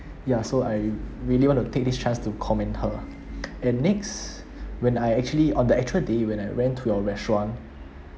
ya so I really want to take this chance to commend her and next when I actually on the actual day when I went to your restaurant